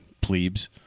plebes